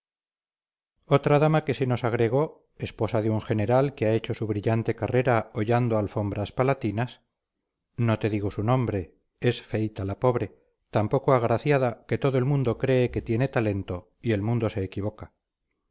otra dama que se nos agregó esposa de un general que ha hecho su brillante carrera hollando alfombras palatinas no te digo su nombre es feíta la pobre tan poco agraciada que todo el mundo cree que tiene talento y el mundo se equivoca